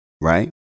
right